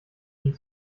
ihnen